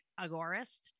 agorist